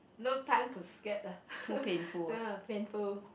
no time to scared ah ya painful